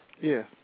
Yes